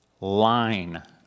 line